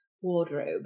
wardrobe